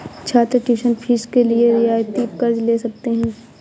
छात्र tuition fees के लिए रियायती कर्ज़ ले सकते हैं